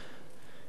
יש לי דילמה,